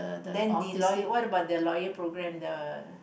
then the lawyer what about the lawyer program the